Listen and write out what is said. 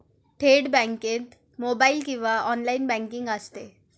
थेट बँकेत मोबाइल किंवा ऑनलाइन बँकिंग असते